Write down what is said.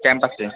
campus shoe